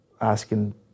asking